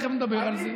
תכף נדבר על זה.